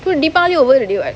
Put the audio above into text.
deepavali over already [what]